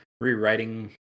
rewriting